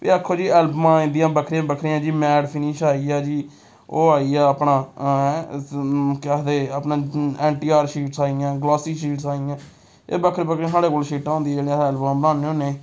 फ्ही दिक्खो जी एल्बमां आई जंदियां बक्खरियां बक्खरियां जी मैट फिनिश आई गेआ जी ओह् आई गेआ अपना केह् आखदे अपना एंटी आर शीट्स आई गेइयां ग्लासी शीट्स आई गेइयां एह् बक्खरियां बक्खियां साढ़े कोल शीटां होंदियां जेह्ड़ियां अस एल्बम बनान्ने होन्ने